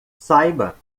saiba